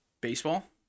baseball